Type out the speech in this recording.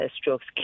strokes